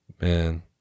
man